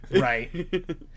Right